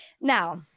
Now